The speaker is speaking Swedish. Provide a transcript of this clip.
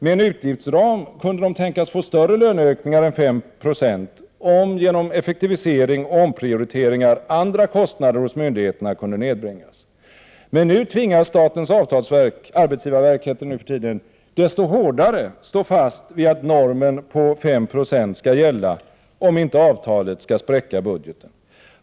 Med en utgiftsram kunde de tänkas få större löneökningar än 5 26, om andra kostnader hos myndigheterna kunde nedbringas genom effektivisering och omprioriteringar. Men nu tvingas statens arbetsgivarverk desto hårdare stå fast vid att normen på 5 90 skall gälla, om inte avtalet skall spräcka budgeten.